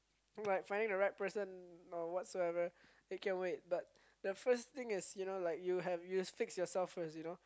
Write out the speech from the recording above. like finding the right person or whatsoever it can wait but the first thing is you know like you have you fix yourself first you know